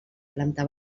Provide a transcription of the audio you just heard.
planta